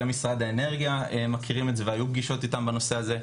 גם משרד האנרגיה מכירים את זה והיו פגישות איתם בנושא הזה,